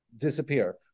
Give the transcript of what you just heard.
disappear